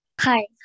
Hi